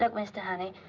like mr. honey,